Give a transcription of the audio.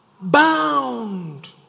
bound